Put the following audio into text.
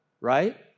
right